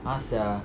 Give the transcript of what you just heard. ah sia